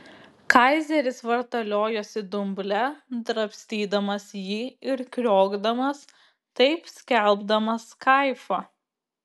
kaizeris vartaliojosi dumble drabstydamas jį ir kriokdamas taip skelbdamas kaifą